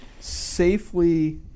safely